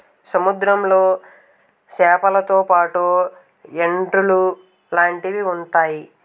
సముద్రంలో సేపలతో పాటు ఎండ్రలు లాంటివి ఉంతాయి